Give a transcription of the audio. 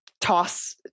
toss